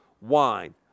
wine